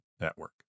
Network